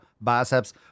biceps